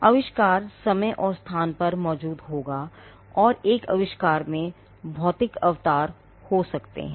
आविष्कार समय और स्थान में मौजूद होगा और एक आविष्कार में भौतिक अवतार हो सकते हैं